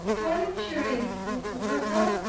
voluptuaries, mrs. gripper,